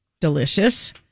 delicious